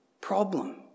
problem